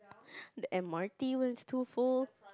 the M_R_T was too full